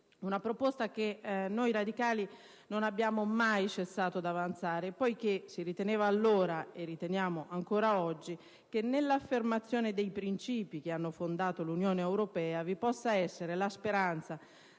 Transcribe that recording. una proposta che noi radicali non abbiamo mai cessato d'avanzare, poiché si riteneva allora - e riteniamo ancora oggi - che, nell'affermazione dei principi che hanno fondato l'Unione europea, vi possa essere la speranza